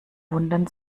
wundern